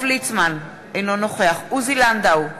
אינו נוכח עוזי לנדאו,